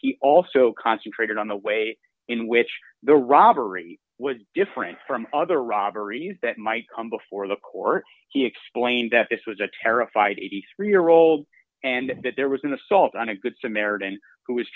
he also concentrated on the way in which the robbery was different from other robberies that might come before the court he explained that this was a terrified eighty three year old and that there was an assault on a good samaritan who was